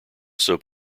soap